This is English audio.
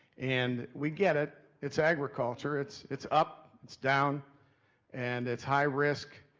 and we get it. it's agriculture. it's it's up, it's down and it's high risk.